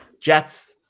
Jets